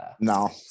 no